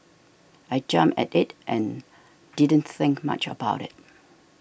I jumped at it and didn't think much about it